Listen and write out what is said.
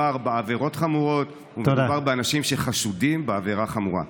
מדובר בעבירות חמורות ומדובר באנשים שחשודים בעבירה חמורה.